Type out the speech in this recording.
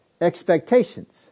expectations